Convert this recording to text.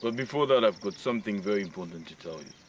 and before that i ve got something very important and to tell you.